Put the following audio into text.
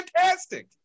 fantastic